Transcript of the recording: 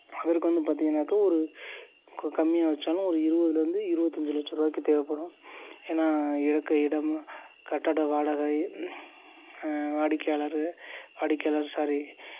அதற்கு வந்து பார்த்தீங்கனாக்கா ஒரு கம்மியாக வைச்சாலும் ஒரு இருவதில் இருந்து இருபத்தஞ்சி லட்ச ரூவாய்க்குத் தேவைப்படும் ஏன்னால் இருக்க இடம் கட்டிட வாடகை வாடிக்கையாளர் வாடிக்கையாளர் சாரி